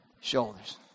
shoulders